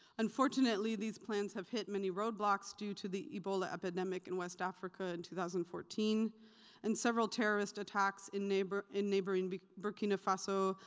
unfortunately these plans have hit many roadblocks due to the ebola epidemic in west africa in two thousand and fourteen and several terrorist attacks in neighboring in neighboring burkina faso,